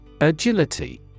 Agility